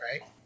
right